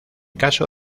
caso